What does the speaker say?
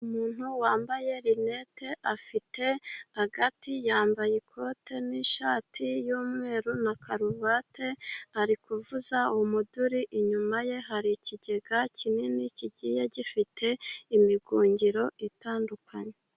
Umuntu wambaye rinete , afite agati , yambaye ikote n'ishati y'umweru na karuvate, ari kuvuza umuduri , inyuma ye hari ikigega kinini kigiye gifite imigungiro itandukanye.